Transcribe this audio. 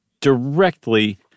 directly